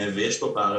ויש פה פער.